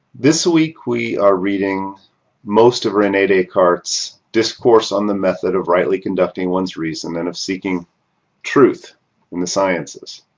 this week we are reading most of rene descartes' discourse on the method of rightly conducting one's reason and of seeking truth in the sciences,